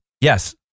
Yes